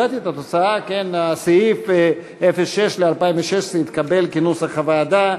סעיף 06 ל-2016 התקבל, כנוסח הוועדה.